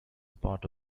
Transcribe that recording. part